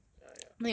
ya ya